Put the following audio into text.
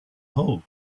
hole